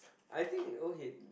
I think okay